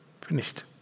Finished